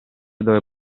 dove